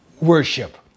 worship